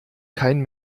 kein